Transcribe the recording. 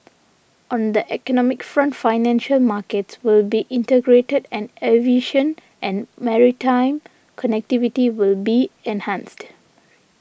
on the economic front financial markets will be integrated and aviation and maritime connectivity will be enhanced